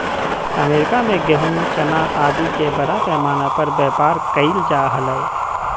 America में गेहूँ, चना आदि के बड़ा पैमाना पर व्यापार कइल जा हलय